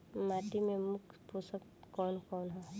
माटी में मुख्य पोषक कवन कवन ह?